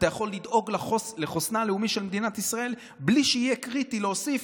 אתה יכול לדאוג לחוסנה הלאומי של מדינת ישראל בלי שיהיה קריטי להוסיף